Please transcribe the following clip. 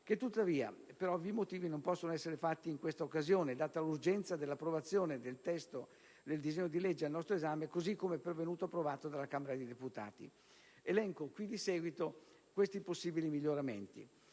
che tuttavia, per ovvi motivi, non possono essere apportati in questa occasione, data l'urgenza dell'approvazione del testo del disegno di legge al nostro esame, così come pervenuto approvato dalla Camera dei deputati. Tali miglioramenti sono i seguenti.